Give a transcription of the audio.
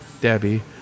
Debbie